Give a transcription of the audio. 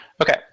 Okay